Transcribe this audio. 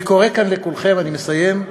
אני קורא כאן לכולכם, אני מסיים,